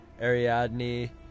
Ariadne